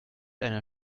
einer